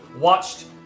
watched